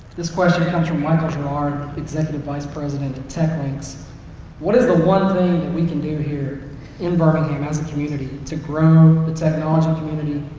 this question comes from michael gerard executive vice president techlinks what is the one thing we can do here in birmingham as a community to grow the technology community?